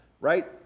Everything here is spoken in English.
right